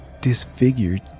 disfigured